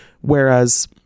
Whereas